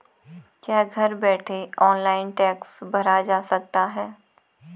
क्या घर बैठे ऑनलाइन टैक्स भरा जा सकता है?